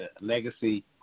legacy